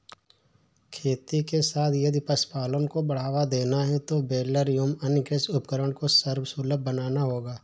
खेती के साथ यदि पशुपालन को बढ़ावा देना है तो बेलर एवं अन्य कृषि उपकरण को सर्वसुलभ बनाना होगा